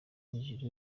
ijuru